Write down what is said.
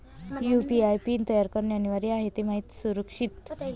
UPI PIN तयार करणे अनिवार्य आहे हे माहिती सुरक्षित